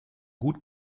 gut